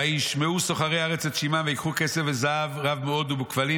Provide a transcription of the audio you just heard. וישמעו סוחרי ארץ את שמעם וייקחו כסף וזהב רב מאוד וכבלים